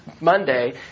Monday